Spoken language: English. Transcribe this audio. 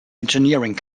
engineering